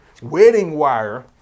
WeddingWire